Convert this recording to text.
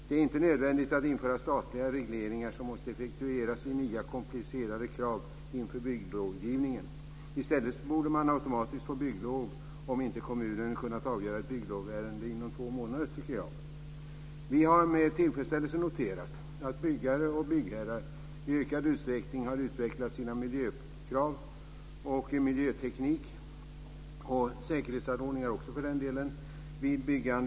Det är inte nödvändigt att införa statliga regleringar som måste effektueras i nya komplicerade krav för bygglovgivning. I stället tycker jag att man automatiskt borde få bygglov om inte kommunen har kunnat avgöra ett bygglovsärende inom två månader. Vi har med tillfredsställelse noterat att byggare och byggherrar i ökad utsträckning har utvecklat sina miljökrav och sin miljöteknik - och sina säkerhetsanordningar också för den delen - vid byggande.